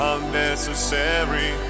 Unnecessary